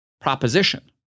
proposition